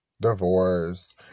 divorce